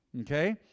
okay